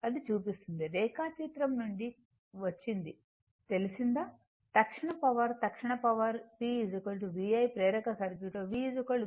ఇది చూపిస్తుంది రేఖాచిత్రం నుండి వచ్చింది తెలిసిందా తక్షణ పవర్ తక్షణ పవర్ p v i